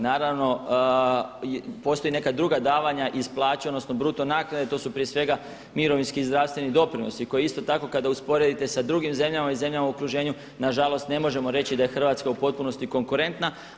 Naravno postoje i neka druga davanja iz plaće odnosno bruto naknade, to su prije svega mirovinski i zdravstveni doprinosi koji isto tako kada usporedite sa drugim zemljama i zemljama u okruženju na žalost ne možemo reći da je Hrvatska u potpunosti konkurentna.